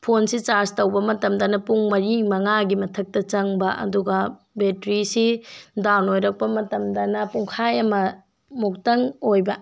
ꯐꯣꯟꯁꯤ ꯆꯥꯔꯖ ꯇꯧꯕ ꯃꯇꯝꯗꯅ ꯄꯨꯡ ꯃꯔꯤ ꯃꯉꯥꯒꯤ ꯃꯊꯛꯇ ꯆꯪꯕ ꯑꯗꯨꯒ ꯕꯦꯇ꯭ꯔꯤꯁꯤ ꯗꯥꯎꯟ ꯑꯣꯏꯔꯛꯄ ꯃꯇꯝꯗꯅ ꯄꯨꯡꯈꯥꯏ ꯑꯃꯃꯨꯛꯇꯪ ꯑꯣꯏꯕ